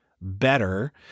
better